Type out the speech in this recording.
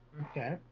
Okay